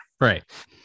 right